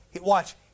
Watch